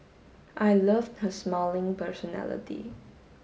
I loved her smiling personality